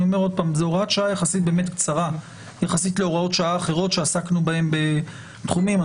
הוראת שעה יחסית קצרה להוראות שעה אחרות שעסקנו בהן בתחומים אחרים.